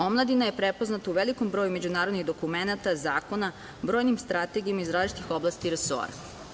Omladina je prepoznata u velikom broju međunarodnih dokumenata, zakona, brojnim strategijama iz različitih oblasti i resora.